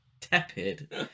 tepid